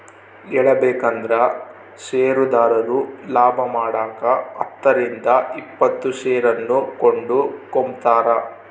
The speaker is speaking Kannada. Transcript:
ಹೇಳಬೇಕಂದ್ರ ಷೇರುದಾರರು ಲಾಭಮಾಡಕ ಹತ್ತರಿಂದ ಇಪ್ಪತ್ತು ಷೇರನ್ನು ಕೊಂಡುಕೊಂಬ್ತಾರ